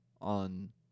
on